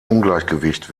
ungleichgewicht